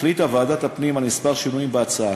החליטה ועדת הפנים על כמה שינויים בהצעה,